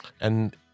And-